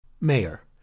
Mayor